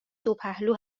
دوپهلو